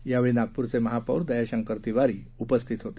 यावेळी नागपूरचे महापौर दयाशंकर तिवारी उपस्थित होते